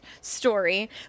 story